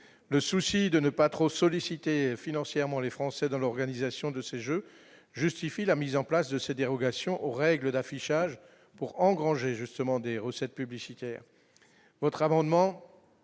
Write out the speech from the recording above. le souci de ne pas trop solliciter financièrement les Français dans l'organisation de ces Jeux, justifie la mise en place de ces dérogations aux règles d'affichage pour engranger justement des recettes publicitaires votre amendement